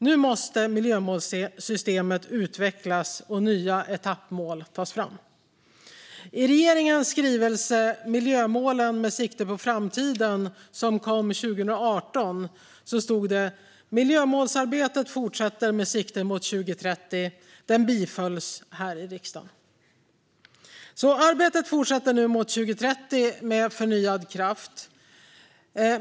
Nu måste miljömålssystemet utvecklas och nya etappmål tas fram." I regeringens skrivelse Miljömålen - med sikte på framtiden som kom 2018 stod det att miljömålsarbetet fortsätter med sikte mot 2030. Den bifölls här i riksdagen. Arbetet mot 2030 fortsätter nu med förnyad kraft.